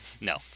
No